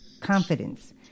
confidence